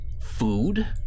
food